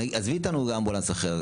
עזבי אותנו מאמבולנס אחר.